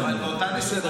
אבל באותה נשימה,